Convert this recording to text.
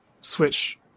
switch